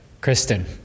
Kristen